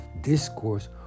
discourse